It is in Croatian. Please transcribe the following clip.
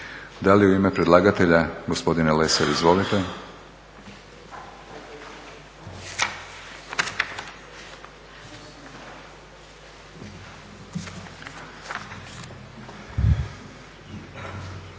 Da li u ime predlagatelja? Gospodine Lesar, izvolite.